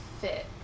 fit